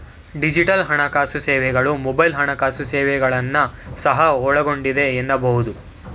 digital ಹಣಕಾಸು ಸೇವೆಗಳು mobile ಹಣಕಾಸು ಸೇವೆಗಳನ್ನ ಸಹ ಒಳಗೊಂಡಿದೆ ಎನ್ನಬಹುದು